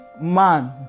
man